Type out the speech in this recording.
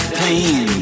pain